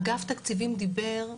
אגף תקציבים דיבר,